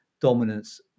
dominance